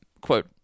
Quote